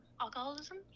alcoholism